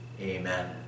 Amen